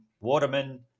Waterman